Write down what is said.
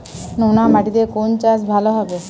নোনা মাটিতে কোন চাষ ভালো হবে?